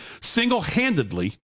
single-handedly